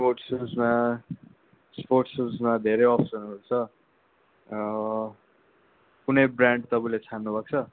sports सुजमा sports सुजमा धेरै अप्सनहरू छ कुनै ब्रान्ड तपाईँले छान्नुभएको छ